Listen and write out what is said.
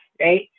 right